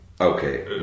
Okay